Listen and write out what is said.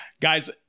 Guys